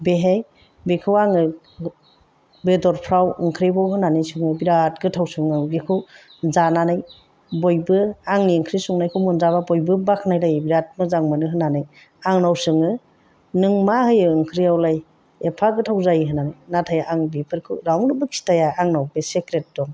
बेवहाय बेखौ आङो बेदरफ्राव ओंख्रिआव होनानै सङो बिराद गोथाव सङो आं बेखौ जानानै बयबो आंनि ओंख्रि संनायखौ मोनजाबा बयबो बाख्नायलायो बिराद मोजां मोनो होननानै आंनाव सोङो नों मा होयो ओंख्रियावलाय एफा गोथाव जायो होननानै नाथाय आं बेफोरखौ रावनोबो खिन्थाया आंनाव बे सिक्रेट दं